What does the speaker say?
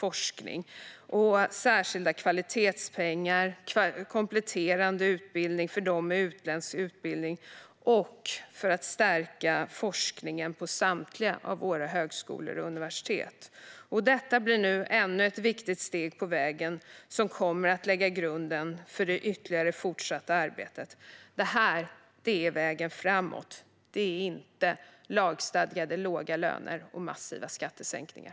Det handlar också om särskilda kvalitetspengar för kompletterande utbildning för dem med utländsk utbildning och för att stärka forskningen på samtliga av våra högskolor och universitet. Detta blir nu ännu ett viktigt steg på vägen. Det kommer att lägga grunden för ytterligare fortsatt arbete. Det är vägen framåt. Inte låga lagstadgade låga löner och massiva skattesänkningar.